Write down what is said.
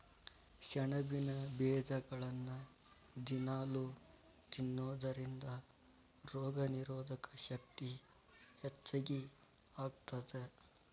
ಸೆಣಬಿನ ಬೇಜಗಳನ್ನ ದಿನಾಲೂ ತಿನ್ನೋದರಿಂದ ರೋಗನಿರೋಧಕ ಶಕ್ತಿ ಹೆಚ್ಚಗಿ ಆಗತ್ತದ